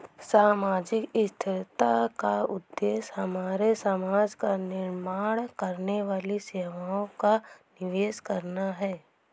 सामाजिक स्थिरता का उद्देश्य हमारे समाज का निर्माण करने वाली सेवाओं का निवेश करना है